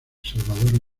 salvador